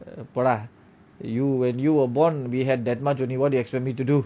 போடா:poda you when you were born we had that much only what you expect me to do